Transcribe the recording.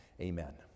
Amen